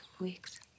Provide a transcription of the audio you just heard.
weeks